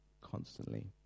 constantly